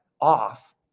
off